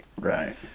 Right